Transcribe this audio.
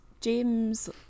James